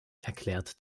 erklärt